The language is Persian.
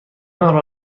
آنرا